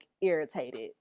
irritated